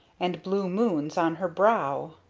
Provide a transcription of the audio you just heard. and blue moons on her brow!